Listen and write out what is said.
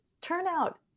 turnout